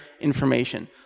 information